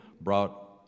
brought